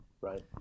Right